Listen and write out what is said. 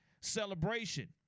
celebration